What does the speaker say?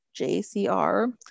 JCR